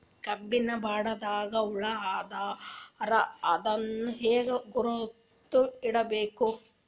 ಕಬ್ಬಿನ್ ಬುಡದಾಗ ಹುಳ ಆದರ ಅದನ್ ಹೆಂಗ್ ಗುರುತ ಹಿಡಿಬೇಕ?